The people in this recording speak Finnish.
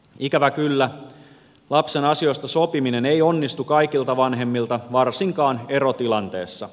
ikävä kyllä lapsen asioista sopiminen ei onnistu kaikilta vanhemmilta varsinkaan erotilanteessa